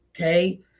okay